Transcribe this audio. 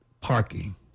Parking